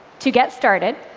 to get started